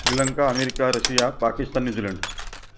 Sri Lanka America Russia Pakistan New Zealand